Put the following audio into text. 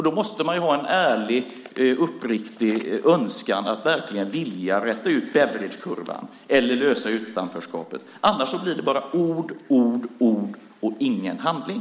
Då måste man ha en ärlig, uppriktig önskan att verkligen räta ut Beveridgekurvan eller lösa utanförskapet, annars blir det bara ord, ord och ingen handling.